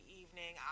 evening